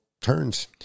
turns